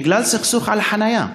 בגלל סכסוך על חניה.